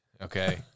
Okay